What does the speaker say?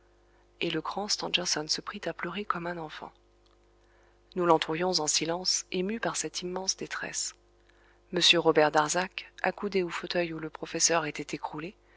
et le grand stangerson se prit à pleurer comme un enfant nous l'entourions en silence émus par cette immense détresse m robert darzac accoudé au fauteuil où le professeur s'était écroulé